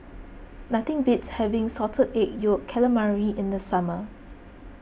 nothing beats having Salt Egg Yolk Calamari in the summer